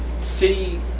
City